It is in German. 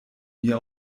mir